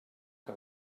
que